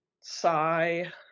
sigh